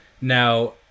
now